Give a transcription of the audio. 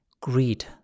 greed